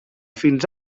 fins